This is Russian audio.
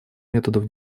методов